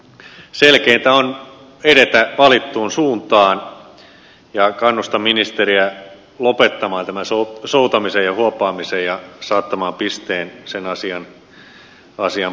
selkeintä on edetä valittuun suuntaan ja kannustan ministeriä lopettamaan tämän soutamisen ja huopaamisen ja saattamaan pisteen sen asian puinnille